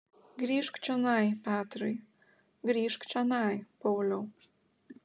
grįžk čionai petrai grįžk čionai pauliau